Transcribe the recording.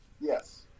Yes